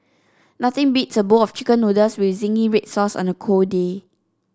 nothing beats a bowl of chicken noodles with zingy red sauce on a cold day